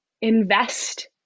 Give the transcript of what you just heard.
invest